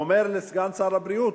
ואומר לסגן שר הבריאות,